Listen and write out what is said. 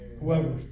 Whoever